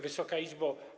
Wysoka Izbo!